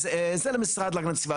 אז זה למשרד להגנת הסביבה.